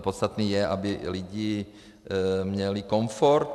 Podstatné je, aby lidé měli komfort.